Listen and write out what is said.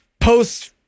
post